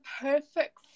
perfect